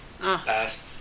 past